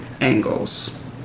angles